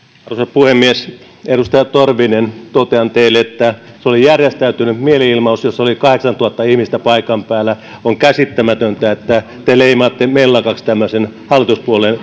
puhemies edustaja torvinen to tean teille että se oli järjestäytynyt mielenilmaus jossa oli kahdeksantuhatta ihmistä paikan päällä on käsittämätöntä että te leimaatte tämmöisen mellakaksi hallituspuolueen